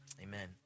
amen